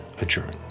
adjourned